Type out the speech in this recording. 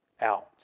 out